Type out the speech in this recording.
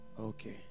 Okay